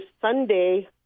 Sunday